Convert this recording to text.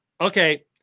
Okay